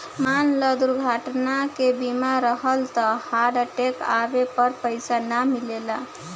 मान ल दुर्घटना के बीमा रहल त हार्ट अटैक आवे पर पइसा ना मिलता